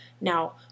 now